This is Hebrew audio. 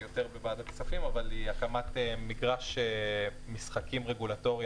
היא יותר בוועדת הכספים והיא הקמת מגרש משחקים רגולטורי,